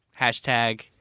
hashtag